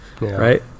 right